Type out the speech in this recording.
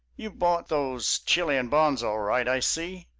you bought those chilean bonds all right, i see.